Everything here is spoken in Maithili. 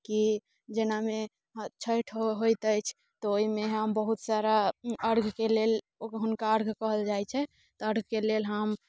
की जेनामे छठि होयत अछि तऽ ओहिमे हम बहुत सारा अर्घके लेल हुनका अर्घ कहल जाइत छै तऽ अर्घके लेल हम